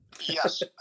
yes